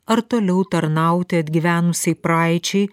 ar toliau tarnauti atgyvenusiai praeičiai